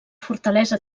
fortalesa